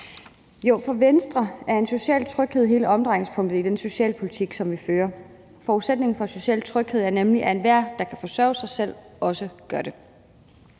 For Venstre er social tryghed hele omdrejningspunktet i den socialpolitik, vi fører. Forudsætningen for social tryghed er nemlig, at enhver, der kan forsørge sig selv, også gør det.